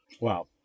Wow